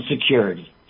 security